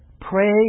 pray